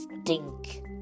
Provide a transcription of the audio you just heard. stink